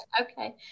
Okay